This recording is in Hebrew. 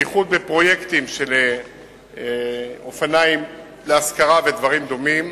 בייחוד בפרויקטים של אופניים להשכרה ודברים דומים,